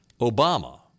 Obama